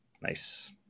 Nice